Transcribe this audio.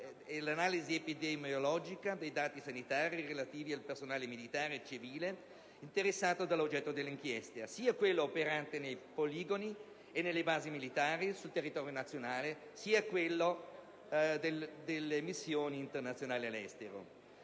e l'analisi epidemiologica dei dati sanitari relativi al personale militare e civile interessato dall'oggetto dell'inchiesta, sia di quello operante nei poligoni e nelle basi militari sul territorio nazionale, sia di quello inviato nelle missioni internazionali all'estero,